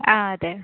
ആ അതെ